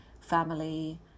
family